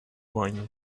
wine